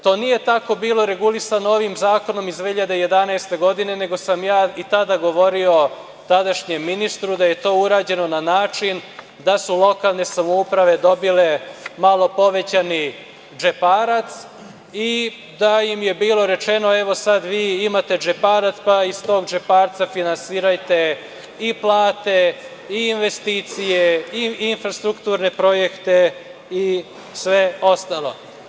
To nije tako bilo regulisano ovim zakonom iz 2011. godine, nego sam ja i tada govorio tadašnjem ministru da je to uređeno na način da su lokalne samouprave dobile malo povećani džeparac i da im je bilo rečeno – evo, sad vi imate džeparac, pa iz tog džeparca finansirajte i plate i investicije i infrastrukturne projekte i sve ostalo.